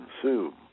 consume